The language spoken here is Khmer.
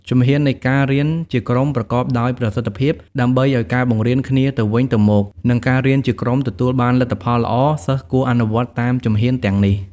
ជំហាននៃការរៀនជាក្រុមប្រកបដោយប្រសិទ្ធភាពដើម្បីឲ្យការបង្រៀនគ្នាទៅវិញទៅមក និងការរៀនជាក្រុមទទួលបានលទ្ធផលល្អ សិស្សគួរអនុវត្តតាមជំហានទាំងនេះ។